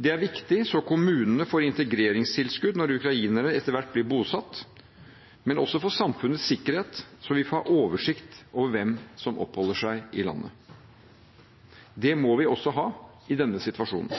Det er viktig så kommunene får integreringstilskudd når ukrainerne etter hvert blir bosatt, men også for samfunnets sikkerhet, så vi får oversikt hvem som oppholder seg i landet. Det må vi ha også i denne situasjonen.